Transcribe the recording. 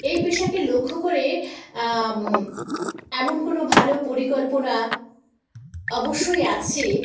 এই পেশাকে লক্ষ্য করে এমন কোনো ভালো পরিকল্পনা অবশ্যই আছে